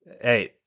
hey